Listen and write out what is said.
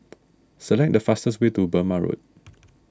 select the fastest way to Burmah Road